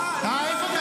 למי אמרת את זה?